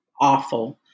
awful